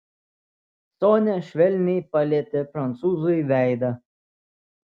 sonia švelniai palietė prancūzui veidą